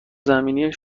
زمینی